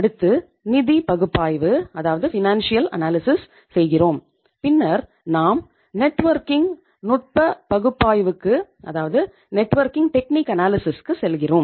அடுத்து நிதி பகுப்பாய்வு செல்கிறோம்